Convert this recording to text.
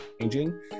changing